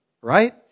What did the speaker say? right